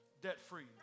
debt-free